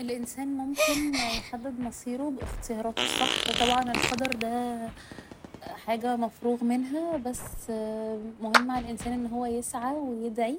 الإنسان ممكن يحدد مصيره باختياراته الصح و طبعا القدر ده حاجة مفروغ منها بس مهم على الإنسان ان هو يسعى و يدعي